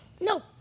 No